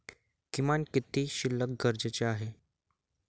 किमान किती शिल्लक गरजेची आहे?